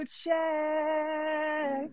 check